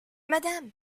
madame